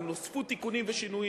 אבל נוספו תיקונים ושינויים,